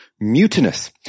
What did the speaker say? mutinous